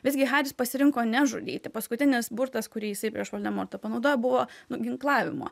visgi haris pasirinko nežudyti paskutinis burtas kurį jisai prieš voldemortą panaudojo buvo nuginklavimo